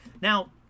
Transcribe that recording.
Now